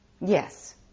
Yes